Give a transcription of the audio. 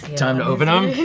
time to open um